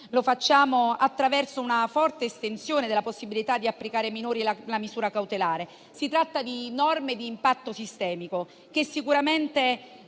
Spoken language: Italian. all'aumento delle pene e alla forte estensione della possibilità di applicare ai minori la misura cautelare. Si tratta di norme di impatto sistemico, che sicuramente